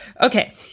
Okay